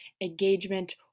engagement